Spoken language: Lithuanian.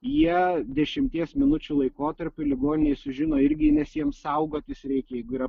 jie dešimties minučių laikotarpiu ligoninėj sužino irgi nes jiem saugotis reikia jeigu yra